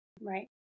Right